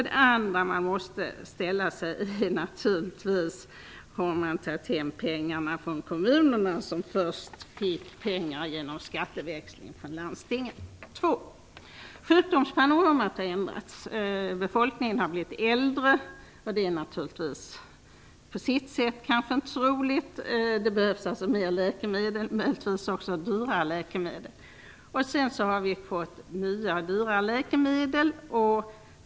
Den andra frågan är naturligtvis: Har man tagit hem pengarna från kommunerna, som först fick pengar genom skatteväxling med landstingen? 2. Sjukdomspanoramat har ändrats. Befolkningen har blivit äldre. Det är på sitt sätt kanske inte så roligt. Det behövs alltså mer läkemedel, möjligtvis också dyrare läkemedel. Dessutom har vi fått nya, dyrare läkemedel.